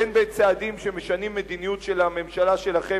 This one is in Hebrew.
בין שזה בצעדים שמשנים מדיניות של הממשלה שלכם,